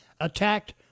attacked